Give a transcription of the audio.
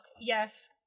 yes